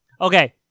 okay